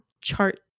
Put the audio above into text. chart